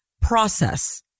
process